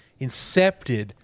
incepted